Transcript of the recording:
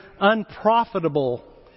unprofitable